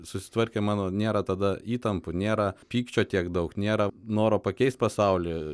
susitvarkė mano nėra tada įtampų nėra pykčio tiek daug nėra noro pakeist pasaulį